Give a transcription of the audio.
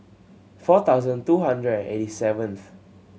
four thousand two hundred and eighty seventh